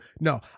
No